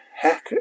heck